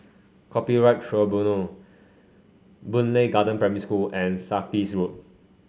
Copyright Tribunal Boon Lay Garden Primary School and Sarkies Road